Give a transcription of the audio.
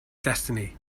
destiny